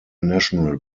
national